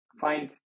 find